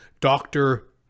Doctor